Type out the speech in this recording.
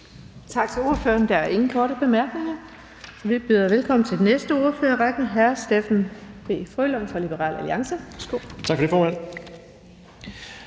Tak til ordføreren. Der er ingen korte bemærkninger. Vi byder velkommen til den næste ordfører i rækken, hr. Steffen W. Frølund fra Liberal Alliance. Værsgo.